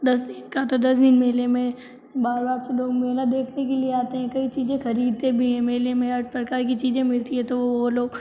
दस दिन का तो दस दिन मेले में बाहर बाहर से लोग मेला देखने के लिए आते हैं कई चीज़ें ख़रीदते भी हैं मेले में हर प्रकार की चीज़ें मिलती है तो वह लोग